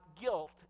guilt